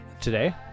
today